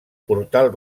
portal